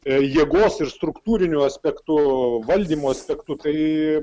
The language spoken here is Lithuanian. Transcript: ir jėgos ir struktūriniu aspektu valdymo aspektu tai